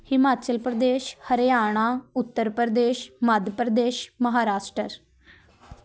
Himachal Pradesh Haryana Uttar Pradesh Madhya Pradesh Maharashtra